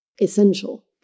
Essential